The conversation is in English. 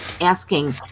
asking